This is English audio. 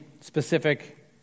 specific